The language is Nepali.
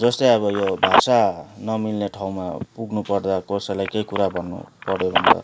जस्तै अब यो भाषा नमिल्ने ठाउँमा पुग्नु पर्दा कसैलाई केही कुरा भन्नु पऱ्यो भने त